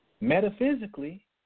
Metaphysically